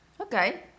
Okay